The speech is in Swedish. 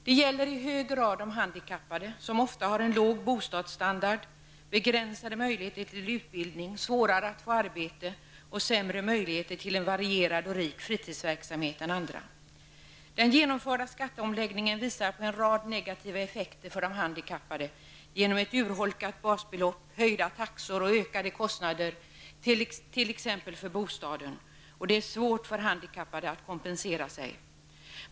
Det gäller i hög grad de handikappade, som ofta har en låg bostadsstandard, begränsade möjligheter till utbildning, svårare att få arbete och sämre möjligheter till en varierad och rik fritidsverksamhet än andra. Den genomförda skatteomläggningen visar på en rad negativa effekter för de handikappade genom ett urholkat basbelopp, höjda taxor och ökade kostnader, t.ex. för bostaden. Det är svårt för handikappade att kompensera sig.